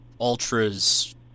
ultras